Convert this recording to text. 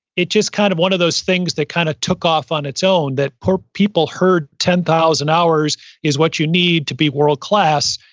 it just kind of one of those things that kind of took off on its own, that people heard ten thousand hours is what you need to be world class,